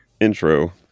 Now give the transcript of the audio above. intro